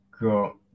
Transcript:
got